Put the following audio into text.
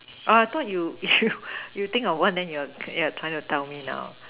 ah I thought you you think of one and you are you are trying to tell me now